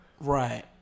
Right